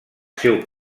seu